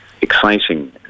exciting